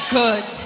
good